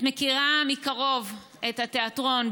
את מכירה מקרוב את התיאטרון,